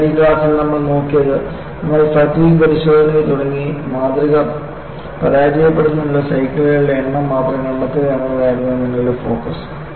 അതിനാൽ ഈ ക്ലാസ്സിൽ നമ്മൾ നോക്കിയത് നമ്മൾ ഫാറ്റിഗ് പരിശോധനയിൽ തുടങ്ങി മാതൃക പരാജയപ്പെടുന്നതിനുള്ള സൈക്കിളുകളുടെ എണ്ണം മാത്രം കണ്ടെത്തുക എന്നതായിരുന്നു നിങ്ങളുടെ ഫോക്കസ്